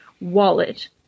wallet